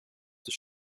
with